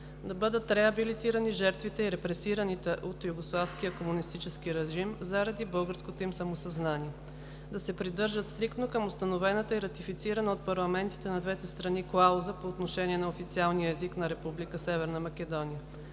да бъдат реабилитирани жертвите и репресираните от югославския комунистически режим заради българското им самосъзнание; - да се придържат стриктно към установената и ратифицирана от парламентите на двете страни клауза по отношение на официалния език на Република